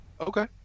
Okay